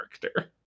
character